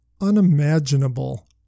unimaginable